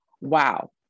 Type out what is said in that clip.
wow